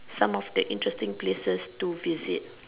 some of the interesting places to visit